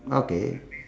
okay